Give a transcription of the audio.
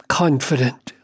confident